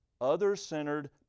other-centered